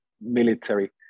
military